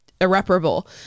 irreparable